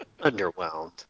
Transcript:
Underwhelmed